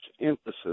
emphasis